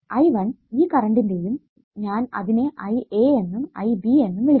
I1 ഈ കറണ്ടിന്റെയും ഞാൻ അതിനെ IA എന്നും ib എന്നും വിളിക്കട്ടെ